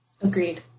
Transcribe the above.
Agreed